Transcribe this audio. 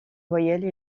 voyelles